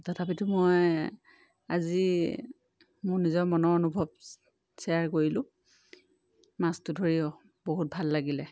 তথাপিতো মই আজি মোৰ নিজৰ মনৰ অনুভৱ শ্বেয়াৰ কৰিলোঁ মাছটো ধৰি বহুত ভাল লাগিলে